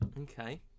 Okay